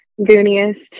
gooniest